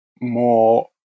more